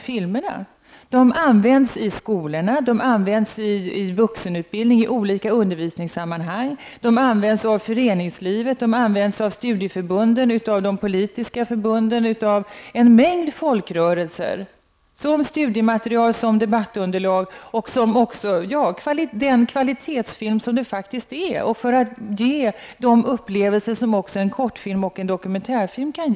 Filmerna används i skolorna, de används i olika undervisningssammanhang inom vuxenutbildningen, de används inom föreningslivet, av studieförbunden, av de politiska förbunden och av en mängd folkrörelser som studiematerial och som debattunderlag och de används som den kvalitetsfilm det faktiskt är frågan om, för att ge de upplevelser som också en kortfilm och en dokumentärfilm kan ge.